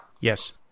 Yes